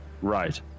right